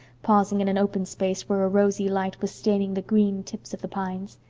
pausing in an open space where a rosy light was staining the green tips of the pines.